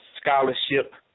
scholarship